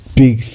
big